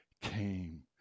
came